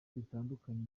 bitandukanye